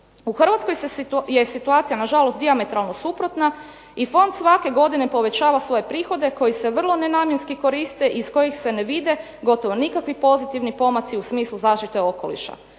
U Hrvatskoj je situacija na žalost dijametralno suprotna i fond svake godine povećava svoje prihode koji se vrlo nenamjenski koriste i iz kojih se ne vide gotovo nikakvi pozitivni pomaci u smislu zaštite okoliša.